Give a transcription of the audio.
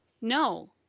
no